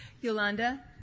Yolanda